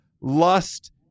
lust